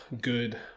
good